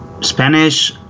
Spanish